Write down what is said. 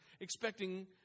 expecting